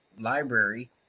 library